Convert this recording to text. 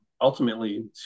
ultimately